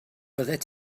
byddet